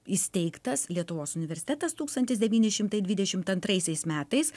įsteigtas lietuvos universitetas tūkstantis devyni šimtai dvidešimt antraisiais metais